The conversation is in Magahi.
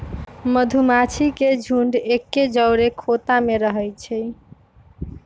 मधूमाछि के झुंड एके जौरे ख़ोता में रहै छइ